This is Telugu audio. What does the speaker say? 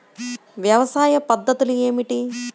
వ్యవసాయ పద్ధతులు ఏమిటి?